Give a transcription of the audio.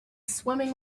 swimming